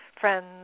friends